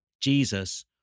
Jesus